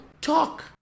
talk